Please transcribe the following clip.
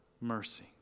mercy